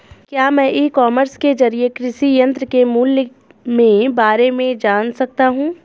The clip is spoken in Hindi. क्या मैं ई कॉमर्स के ज़रिए कृषि यंत्र के मूल्य में बारे में जान सकता हूँ?